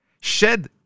shed